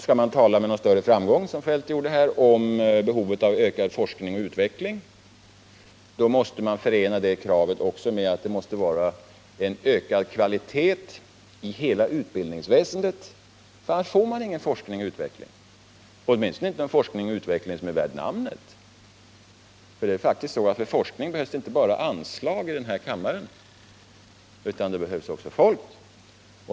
Skall man, som herr Feldt gjorde, tala om behovet av ökad forskning och utveckling med någon större framgång, då måste man förena kraven med att det måste vara ökad kvalitet i hela utbildningsväsendet. Annars får man ingen forskning och utveckling, åtminstone inte någon forskning och utveckling som är värd namnet. Det är faktiskt så att för forskning behövs inte bara anslag här i kammaren, utan det behövs också folk.